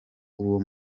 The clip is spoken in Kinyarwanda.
uwo